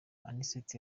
anicet